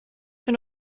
för